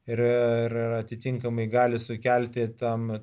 ir atitinkamai gali sukelti tam